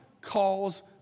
calls